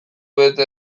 bete